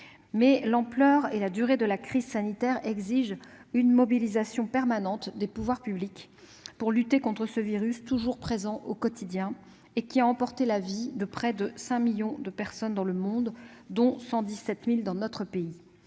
Mais l'ampleur et la durée de la crise sanitaire exigent une mobilisation permanente des pouvoirs publics pour lutter contre ce virus toujours présent au quotidien, lequel a emporté la vie de près de 5 millions de personnes dans le monde, dont 117 000 dans notre pays.